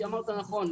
ואמרת נכון,